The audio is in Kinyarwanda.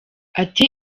ati